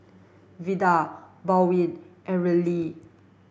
Vidal Baldwin and Raelynn